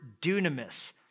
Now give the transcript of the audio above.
dunamis